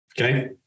Okay